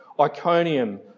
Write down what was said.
Iconium